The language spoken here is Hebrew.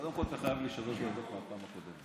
קודם כול, אתה חייב לי שלוש דקות מהפעם הקודמת.